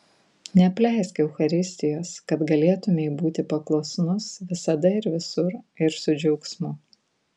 neapleisk eucharistijos kad galėtumei būti paklusnus visada ir visur ir su džiaugsmu